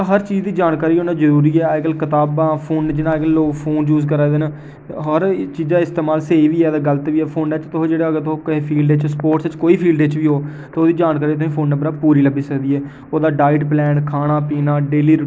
हर चीज़ दी जानकारी होना जरूरी ऐ अज्जकल कताबां फ़ोन जेह्ड़े लोग फ़ोन यूज़ करा दे न हर इक चीज़ा दा इस्तेमाल स्हेई बी ऐ गलत बी ऐ फ़ोना च तुस जेह्ड़ा अगर तुस कोई फील्ड च स्पोर्ट्स च कोई फील्ड च बी ओ ते ओह्दी जानकारी ते फोनै उप्परा पूरी लब्भी सकदी ऐ ओह्दा डाइट प्लान खाना पीना डेली रूटीन के